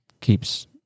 keeps